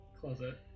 closet